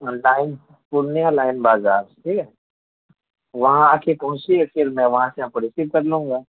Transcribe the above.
line Purnia line بازار ٹھیک ہے وہاں آ کے پہنچیے پھر میں وہاں سے آپ کو ریسیو کر لوں گا